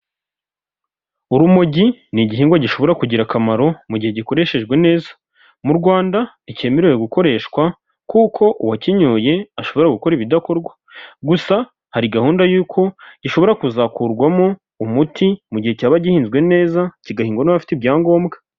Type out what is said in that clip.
Urumogi ni igihingwa gishobora kugira akamaro mu gihe gikoreshejwe neza. Mu Rwanda, ntikemerewe gukoreshwa kuko uwakinyoye ashobora gukora ibidakorwa. Gusa hari gahunda y'uko gishobora kuzakurwamo umuti mu gihe cyaba gihinzwe neza, kigahingwa n'abafite ibyangombwa.